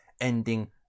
ending